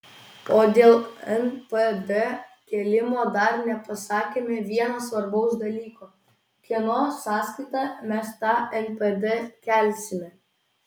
o dėl npd kėlimo dar nepasakėme vieno svarbaus dalyko kieno sąskaita mes tą npd kelsime